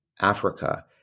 Africa